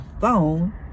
phone